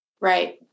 Right